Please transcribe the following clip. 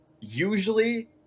usually